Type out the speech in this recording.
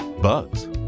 Bugs